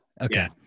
okay